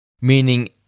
meaning